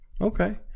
Okay